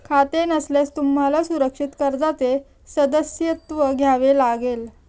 खाते नसल्यास तुम्हाला सुरक्षित कर्जाचे सदस्यत्व घ्यावे लागेल